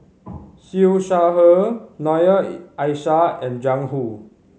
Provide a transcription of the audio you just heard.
Siew Shaw Her Noor Aishah and Jiang Hu